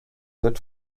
wird